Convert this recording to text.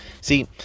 See